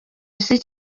isi